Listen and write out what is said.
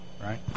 right